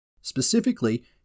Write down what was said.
Specifically